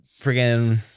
freaking